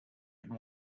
and